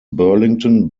burlington